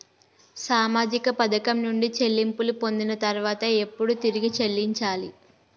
సామాజిక పథకం నుండి చెల్లింపులు పొందిన తర్వాత ఎప్పుడు తిరిగి చెల్లించాలి?